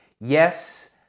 Yes